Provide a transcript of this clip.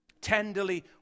Tenderly